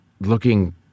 looking